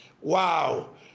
Wow